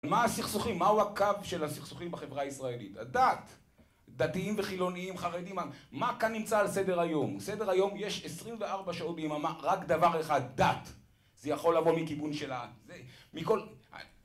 מה הסכסוכים? מהו הקו של הסכסוכים בחברה הישראלית? הדת! דתיים וחילוניים, חרדים... מה כאן נמצא על סדר היום? סדר היום יש 24 שעות ביממה, רק דבר אחד, דת! זה יכול לבוא מכיוון של ה... זה... מכל...